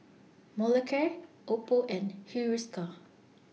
Molicare Oppo and Hiruscar